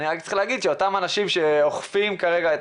צריך רק להגיד שאותם אנשים שאוכפים כרגע את